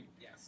Yes